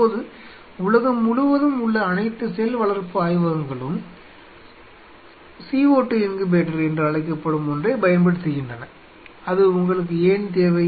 இப்போது உலகம் முழுவதும் உள்ள அனைத்து செல் வளர்ப்பு ஆய்வகங்களும் CO2 இன்குபேட்டர் என்று அழைக்கப்படும் ஒன்றைப் பயன்படுத்துகின்றன அது உங்களுக்கு ஏன் தேவை